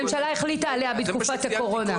הממשלה החליטה עליה בתקופת הקורונה.